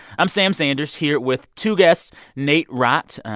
i'm sam sanders, here with two guests nate rott,